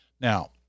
Now